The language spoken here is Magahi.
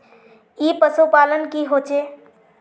ई पशुपालन की होचे?